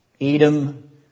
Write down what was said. Edom